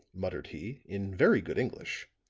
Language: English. muttered he, in very good english.